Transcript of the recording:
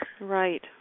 Right